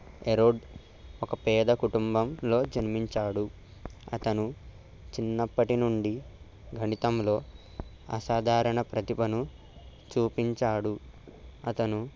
ఎరోడ్ ఒక పేద కుటుంబంలో జన్మించాడు అతను చిన్నప్పటినుండి గణితంలో అసాధారణ ప్రతిభను చూపించాడు అతను